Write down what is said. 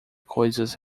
coisas